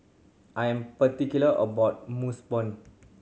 I am particular about